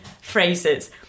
phrases